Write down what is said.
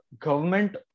government